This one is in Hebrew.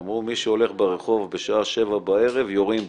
אמרו שמי שהולך ברחוב בשעה שבע בערב יורים בו.